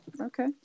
okay